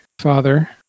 Father